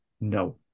no